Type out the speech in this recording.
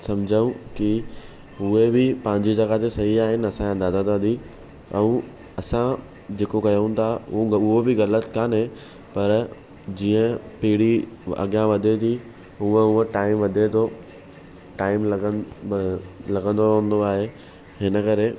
सम्झूं की उहे बि पंहिंजी जॻहि ते सही आहिनि असांजा दादा दादी ऐं असां जेको कयूं था उहो बि ग़लति कान्हे पर जीअं पीड़ी अॻियां वधे थी उहा उहा टाइम वधे थो टाइम लॻंदो हूंदो आहे हिन करे